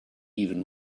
even